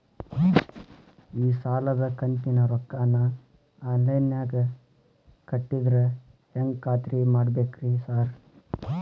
ಈ ಸಾಲದ ಕಂತಿನ ರೊಕ್ಕನಾ ಆನ್ಲೈನ್ ನಾಗ ಕಟ್ಟಿದ್ರ ಹೆಂಗ್ ಖಾತ್ರಿ ಮಾಡ್ಬೇಕ್ರಿ ಸಾರ್?